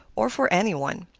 or for any one.